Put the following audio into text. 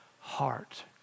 heart